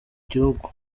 gihugu